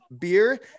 beer